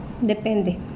depende